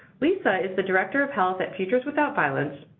lisa is the director of health at futures without violence,